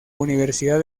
universidad